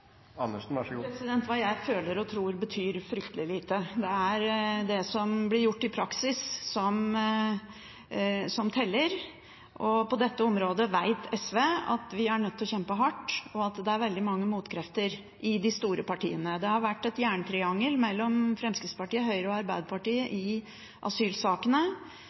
praksis, som teller. På dette området vet SV at vi er nødt til å kjempe hardt, og at det er veldig mange motkrefter i de store partiene. Det har vært et jerntriangel mellom Fremskrittspartiet, Høyre og Arbeiderpartiet i asylsakene,